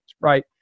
right